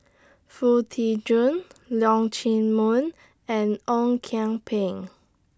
Foo Tee Jun Leong Chee Mun and Ong Kian Peng